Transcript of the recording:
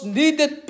needed